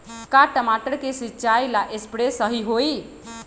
का टमाटर के सिचाई ला सप्रे सही होई?